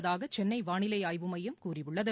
உள்ளதாக சென்னை வானிலை ஆய்வு மையம் கூறியுள்ளது